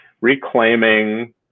reclaiming